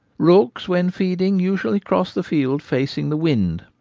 rooks when feeding usually cross the field facing the wind,